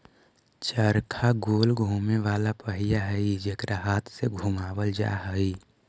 चरखा गोल घुमें वाला पहिया हई जेकरा हाथ से घुमावल जा हई